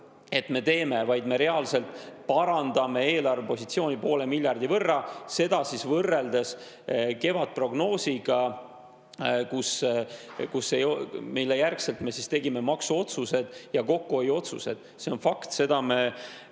et me teeme, vaid me reaalselt parandame eelarvepositsiooni poole miljardi võrra – seda võrreldes kevadprognoosiga, mille järgselt me tegime maksuotsused ja kokkuhoiu otsused. See on fakt ja seda me